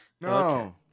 No